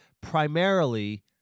primarily